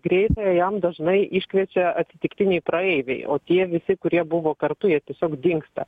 greitąją jam dažnai iškviečia atsitiktiniai praeiviai o tie visi kurie buvo kartu jie tiesiog dingsta